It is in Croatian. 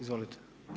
Izvolite.